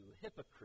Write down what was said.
Hypocrite